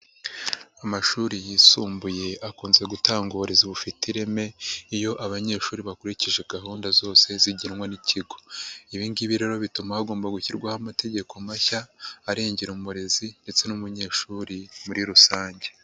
Amashuri yisumbuye akunze gutanga uburezi bufite ireme iyo abanyeshuri bakurikije gahunda zose zigenwa n'ikigo, ibi ngibi rero bituma hagomba gushyirwaho amategeko mashya arengera umurezi ndetse n'umunyeshuri muri rusange.